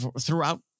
throughout